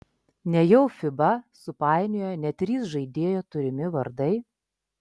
nejau fiba supainiojo net trys žaidėjo turimi vardai